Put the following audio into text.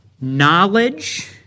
Knowledge